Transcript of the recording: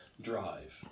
drive